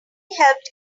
helped